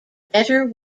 better